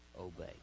obey